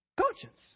conscience